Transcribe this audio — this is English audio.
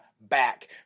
back